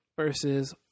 versus